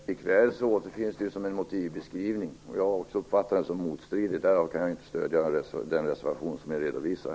Herr talman! Likväl återfinns det som en motivbeskrivning, och jag har också uppfattat den som motstridig. Därav kan jag inte stödja den reservation som ni redovisar.